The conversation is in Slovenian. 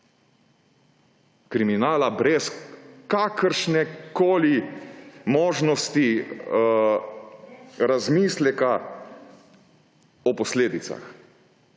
kriminala brez kakršnekoli možnosti razmisleka o posledicah.